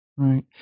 Right